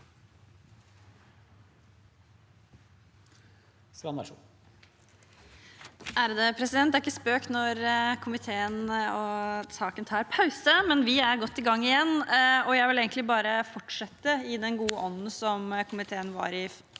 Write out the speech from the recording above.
(Sp) Det er ikke spøk når komiteen og saken tar pause, men vi er godt i gang igjen, og jeg vil egentlig bare fortsette i den gode ånden som komiteen var i da